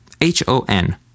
H-O-N